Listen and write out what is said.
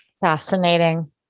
Fascinating